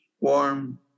warm